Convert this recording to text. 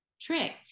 tricked